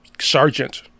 sergeant